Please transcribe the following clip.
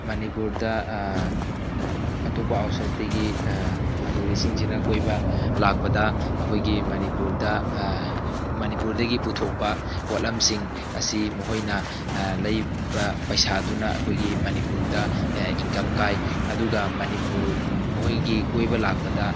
ꯃꯅꯤꯄꯨꯔꯗ ꯑꯇꯣꯞꯄ ꯑꯥꯎꯠꯁꯥꯏꯠꯇꯒꯤ ꯇꯨꯔꯤꯁꯁꯤꯡꯁꯤꯅ ꯀꯣꯏꯕ ꯂꯥꯛꯄꯗ ꯑꯩꯈꯣꯏꯒꯤ ꯃꯅꯤꯄꯨꯔꯗ ꯃꯅꯤꯄꯨꯔꯗꯒꯤ ꯄꯨꯊꯣꯛꯄ ꯄꯣꯠꯂꯝꯁꯤꯡ ꯑꯁꯤ ꯃꯈꯣꯏꯅ ꯂꯩꯕ ꯄꯩꯁꯥꯗꯨꯅ ꯑꯩꯈꯣꯏꯒꯤ ꯃꯅꯤꯄꯨꯔꯗ ꯏꯪꯀꯝ ꯀꯥꯏ ꯑꯗꯨꯒ ꯃꯅꯤꯄꯨꯔ ꯃꯈꯣꯏꯒꯤ ꯀꯣꯏꯕ ꯂꯥꯛꯄꯗ